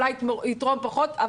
אולי יתרום פחות,